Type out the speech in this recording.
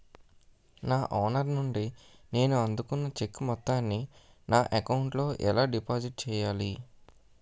నా ఓనర్ నుండి నేను అందుకున్న చెక్కు మొత్తాన్ని నా అకౌంట్ లోఎలా డిపాజిట్ చేయాలి?